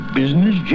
business